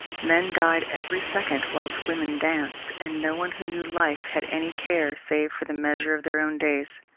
men died every second whilst women danced, and no one who knew life had any care save for the measure of their own days.